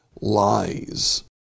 lies